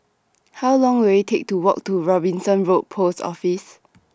How Long Will IT Take to Walk to Robinson Road Post Office